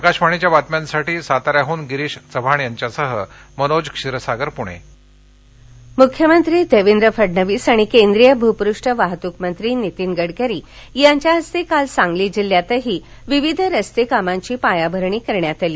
आकाशवाणीच्या बातम्यांसाठी साताऱ्याहन गिरीश यांच्यासह मनोज क्षीरसागर पुणे फडणवीस गडकरी मुख्यमंत्री देवेंद्र फडणवीस आणि केंद्रीय भूपृष्ठ वाहतूक मंत्री नीतीन गडकरी यांच्या हस्ते काल सांगली जिल्ह्यातही विविध रस्तेकामांची पायाभरणी करण्यात आली